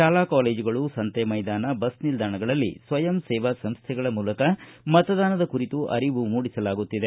ಶಾಲಾ ಕಾಲೇಜುಗಳು ಸಂತೆ ಮೈದಾನ ಬಸ್ ನಿಲ್ದಾಣಗಳಲ್ಲಿ ಸ್ವಯಂ ಸೇವಾಸಂಸ್ಥೆಗಳ ಮೂಲಕ ಮತದಾನದ ಕುರಿತು ಅರಿವು ಮೂಡಿಸಲಾಗುತ್ತಿದೆ